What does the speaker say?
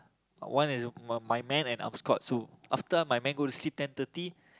one is my my men and armskote after my men go to sleep ten thirty